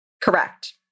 Correct